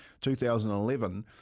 2011